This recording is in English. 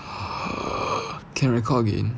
can record again